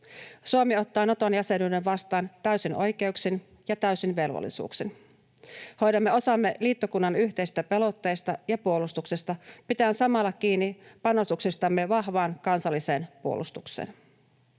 Suomi ottaa Naton jäsenyyden vastaan täysin oikeuksin ja täysin velvollisuuksin. Hoidamme osamme liittokunnan yhteisistä pelotteista ja puolustuksesta pitäen samalla kiinni panostuksistamme vahvaan kansalliseen puolustukseen.